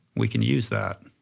we can use that.